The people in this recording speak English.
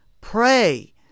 pray